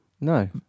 No